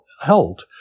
held